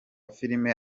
filime